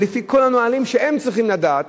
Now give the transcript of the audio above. ולפי כל הנהלים שהם צריכים לדעת,